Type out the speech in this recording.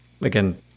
again